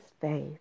faith